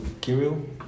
Kirill